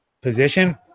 position